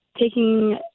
taking